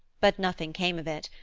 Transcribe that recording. but nothing came of it,